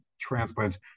transplants